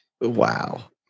wow